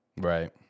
Right